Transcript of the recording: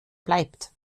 bleibt